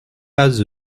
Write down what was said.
pas